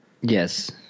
Yes